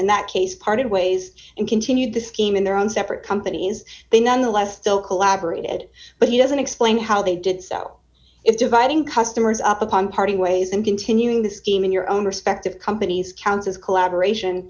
in that case parted ways and continued this scheme in their own separate companies they nonetheless still collaborated but he doesn't explain how they did so if dividing customers up upon parting ways and continuing the scheme in your own respective companies counts as collaboration